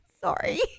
Sorry